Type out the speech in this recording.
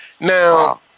Now